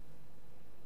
כל הוויכוח הוא